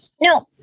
no